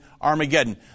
Armageddon